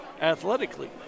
athletically